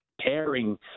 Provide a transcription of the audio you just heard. pairing